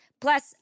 Plus